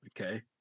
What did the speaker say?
Okay